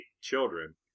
children